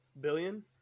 billion